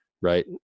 right